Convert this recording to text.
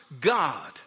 God